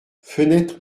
fenêtre